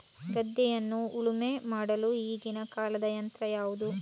ಗದ್ದೆಯನ್ನು ಉಳುಮೆ ಮಾಡಲು ಈಗಿನ ಕಾಲದ ಯಂತ್ರ ಯಾವುದು?